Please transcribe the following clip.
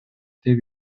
деп